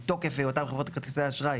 מתוקף היותן חברות כרטיסי אשראי